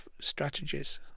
strategies